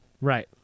Right